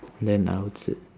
then I will say